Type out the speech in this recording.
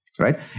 Right